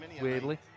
Weirdly